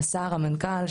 השר והמנכ״ל.